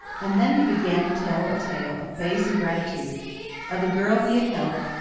and then he began to tell a tale of base ingratitude of a girl he had helped,